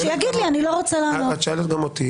את שואלת גם אותי,